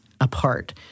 apart